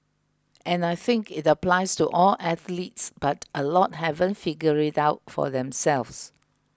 and I think it applies to all athletes but a lot haven't figured it out for themselves